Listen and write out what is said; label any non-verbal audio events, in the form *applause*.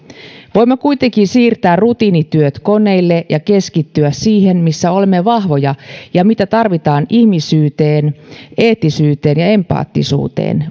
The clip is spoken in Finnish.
voimme kuitenkin siirtää rutiinityöt koneille ja keskittyä siihen missä olemme vahvoja ja mitä tarvitaan ihmisyyteen eettisyyteen ja empaattisuuteen *unintelligible*